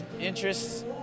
Interests